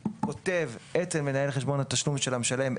כותב אצל מנהל חשבון התשלום של המשלם,